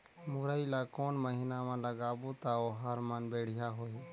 मुरई ला कोन महीना मा लगाबो ता ओहार मान बेडिया होही?